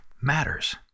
matters